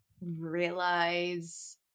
realize